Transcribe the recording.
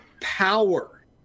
power